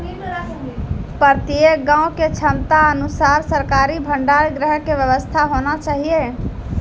प्रत्येक गाँव के क्षमता अनुसार सरकारी भंडार गृह के व्यवस्था होना चाहिए?